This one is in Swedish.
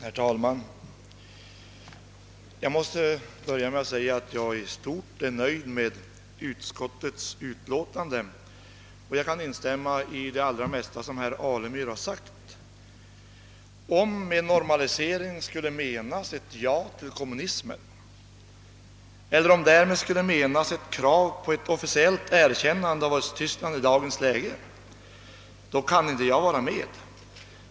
Herr talman! I stort sett är jag nöjd med utskottets utlåtande, och jag kan instämma i det allra mesta av vad herr Alemyr har sagt. Om med en normalisering skulle menas ett ja till kommunismen eller ett krav på officiellt erkännande av Östtyskland i dagens läge kan jag inte vara med.